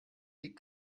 liegt